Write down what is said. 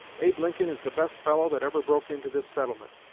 abe lincoln is the best fellow that ever broke into this settlement.